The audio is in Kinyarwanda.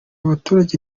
baturage